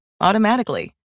automatically